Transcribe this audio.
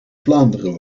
vlaanderen